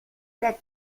sept